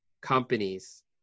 companies